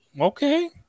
Okay